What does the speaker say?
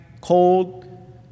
cold